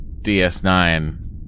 DS9